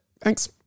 Thanks